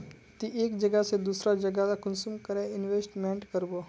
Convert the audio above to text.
ती एक जगह से दूसरा जगह कुंसम करे इन्वेस्टमेंट करबो?